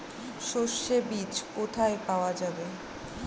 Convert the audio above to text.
সর্ষে বিজ কোথায় পাওয়া যাবে?